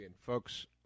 folks